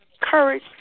Courage